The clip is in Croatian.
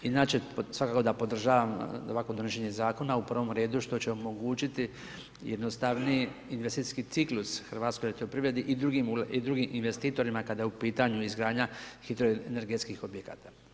Inače svakako da podržavam ovakvo donošenje zakona u pravom redu što će omogućiti jednostavniji investicijski ciklus Hrvatskoj elektroprivredi i drugim investitorima kada je u pitanju izgradnja hidro energetskih objekata.